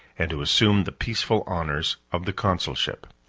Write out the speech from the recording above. and to assume the peaceful honors of the consulship.